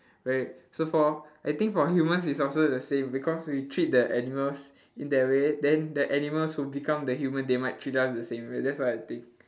right so for I think for humans is also the same because we treat the animals in that way then the animals will become the human they might treat us the same way that's what I think